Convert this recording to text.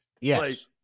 Yes